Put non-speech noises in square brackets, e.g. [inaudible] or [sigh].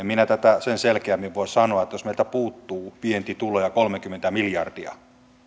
[unintelligible] minä tätä sen selkeämmin voi sanoa kuin että jos meiltä puuttuu vientituloja kolmekymmentä miljardia